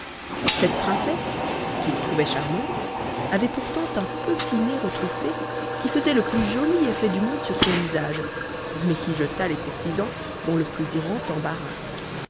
cette princesse qu'il trouvait charmante avait pourtant un petit nez retroussé qui faisait le plus joli effet du monde sur son visage mais qui jeta les courtisans dans le plus grand embarras